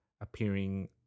appearing